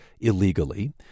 illegally